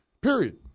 period